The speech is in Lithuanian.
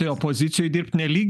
tai opozicijoj dirbt nelygis